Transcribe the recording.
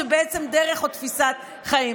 זו בעצם דרך או תפיסת חיים.